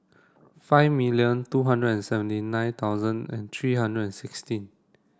five million two hundred and seventy nine thousand and three hundred and sixteen